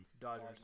Dodgers